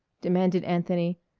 demanded anthony.